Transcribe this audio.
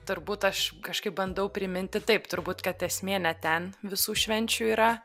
turbūt aš kažkaip bandau priminti taip turbūt kad esmė ne ten visų švenčių yra